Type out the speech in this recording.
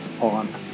on